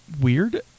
weird